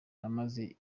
namaze